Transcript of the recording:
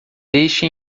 deixe